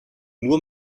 nur